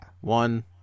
One